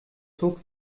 zog